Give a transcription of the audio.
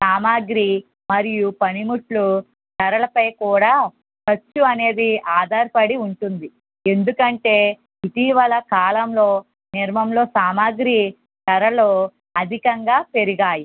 సామాగ్రి మరియు పనిముట్లు ధరలపై కూడా ఖర్చు అనేది ఆధారపడి ఉంటుంది ఎందుకంటే ఇటీవల కాలంలో నిర్మాణంలో సామాగ్రి ధరలు అధికంగా పెరిగాయి